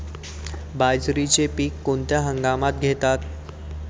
बाजरीचे पीक कोणत्या हंगामात घेतात?